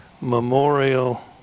memorial